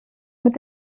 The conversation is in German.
mit